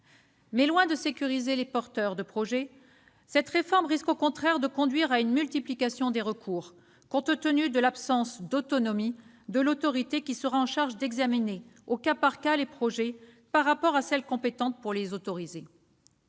Loin de sécuriser les porteurs de projets, cette réforme risque pourtant de conduire à une multiplication des recours, compte tenu de l'absence d'autonomie de l'instance chargée d'examiner au cas par cas les projets par rapport à celle qui est compétente pour les autoriser.